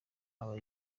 aba